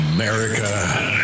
America